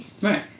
Right